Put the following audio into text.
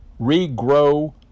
Regrow